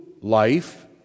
life